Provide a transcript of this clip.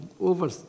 over